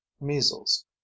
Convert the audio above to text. Measles